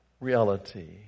reality